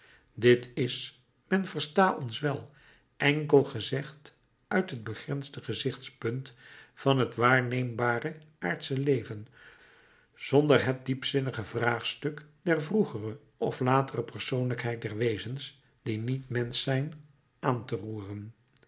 dit is men versta ons wel enkel gezegd uit het begrensde gezichtspunt van het waarneembare aardsche leven zonder het diepzinnige vraagstuk der vroegere of latere persoonlijkheid der wezens die niet mensch zijn aan te roeren